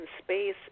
space